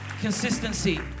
Consistency